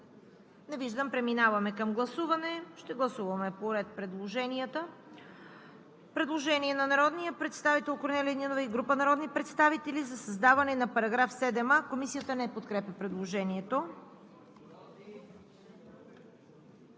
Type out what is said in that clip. Няма. Преминаваме към гласуване. Ще гласуваме поред предложенията. Предложение на народния представител Корнелия Нинова и група народни представители за създаване на § 7а. Комисията не подкрепя предложението.